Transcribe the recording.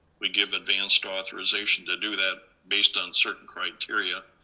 we give advanced authorization to do that based on certain criteria,